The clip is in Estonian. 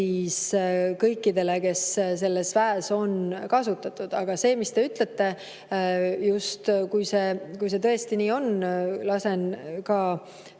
kõikidele, kes selles väes on kasutatud. Aga see, mis te ütlete, kui see tõesti nii on, lasen ka